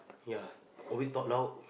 ya always talk loud